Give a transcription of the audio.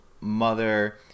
mother